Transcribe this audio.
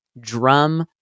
drum